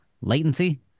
Latency